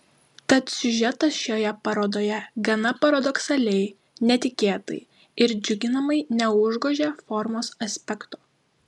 tad siužetas šioje parodoje gana paradoksaliai netikėtai ir džiuginamai neužgožia formos aspekto